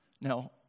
Now